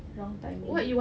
wrong timing